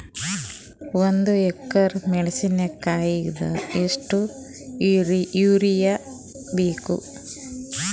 ಒಂದ್ ಎಕರಿ ಮೆಣಸಿಕಾಯಿಗಿ ಎಷ್ಟ ಯೂರಿಯಬೇಕು?